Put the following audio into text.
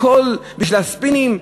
הכול בשביל הספינים?